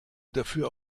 dafür